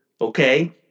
Okay